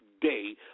day